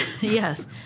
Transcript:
Yes